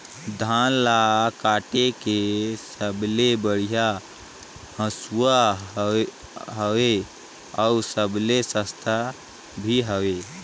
धान ल काटे के सबले बढ़िया हंसुवा हवये? अउ सबले सस्ता भी हवे?